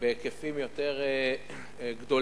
בהיקפים יותר גדולים,